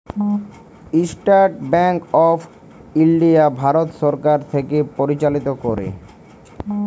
State bank of India Bharat সরকার থ্যাকে পরিচালিত ক্যরে